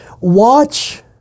Watch